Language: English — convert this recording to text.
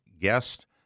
guest